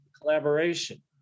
collaboration